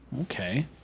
Okay